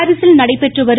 பாரிசில் நடைபெற்றுவரும்